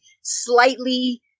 slightly